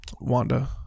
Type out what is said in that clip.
Wanda